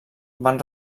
van